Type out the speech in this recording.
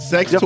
Sex